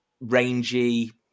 Rangy